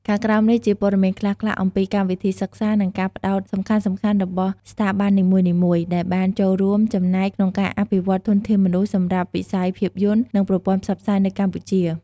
ខាងក្រោមនេះជាព័ត៌មានខ្លះៗអំពីកម្មវិធីសិក្សា និងការផ្ដោតសំខាន់ៗរបស់ស្ថាប័ននីមួយៗ ដែលបានចូលរួមចំណែកក្នុងការអភិវឌ្ឍធនធានមនុស្សសម្រាប់វិស័យភាពយន្ត និងប្រព័ន្ធផ្សព្វផ្សាយនៅកម្ពុជា។